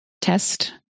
test